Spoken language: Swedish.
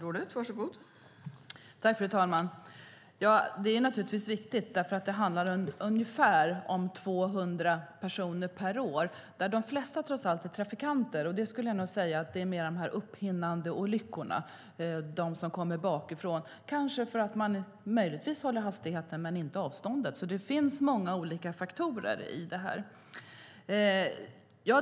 Fru talman! Det är naturligtvis riktigt. Det handlar om ungefär 200 personer per år, och de flesta är trots allt trafikanter. Det är ofta så kallade upphinnandeolyckor, att de som kommer bakifrån kanske håller hastigheten men inte avståndet. Det finns alltså många faktorer i detta.